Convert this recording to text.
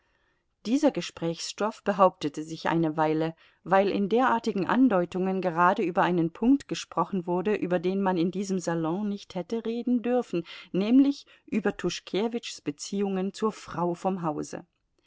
dieser gesprächsstoff behauptete sich eine weile weil in derartigen andeutungen gerade über einen punkt gesprochen wurde über den man in diesem salon nicht hätte reden dürfen nämlich über tuschkewitschs beziehungen zur frau vom hause